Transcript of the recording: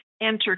enter